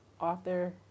author